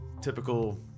typical